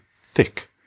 thick